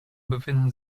befinden